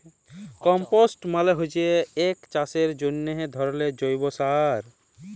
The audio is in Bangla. কম্পস্ট মালে হচ্যে এক চাষের জন্হে ধরলের জৈব সার